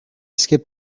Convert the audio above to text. skip